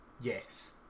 Yes